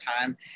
time